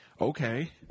okay